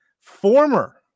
former